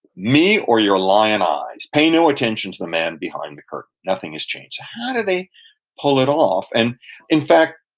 me or your lying eyes? pay no attention to the man behind the curtain. nothing has changed. how do they pull it off? and in fact,